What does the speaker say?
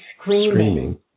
screaming